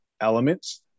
elements